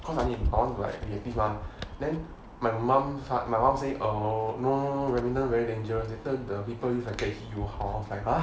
cause I need I want to like be active mah then my mum my mum say err no no no badminton very dangerous later the people use racket hit you how then I was like !huh!